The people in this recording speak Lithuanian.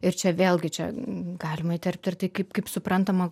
ir čia vėlgi čia galima įterpti ir tai kaip kaip suprantama